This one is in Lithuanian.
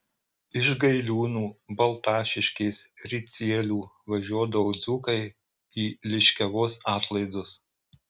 iš gailiūnų baltašiškės ricielių važiuodavo dzūkai į liškiavos atlaidus